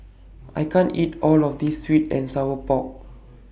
I can't eat All of This Sweet and Sour Pork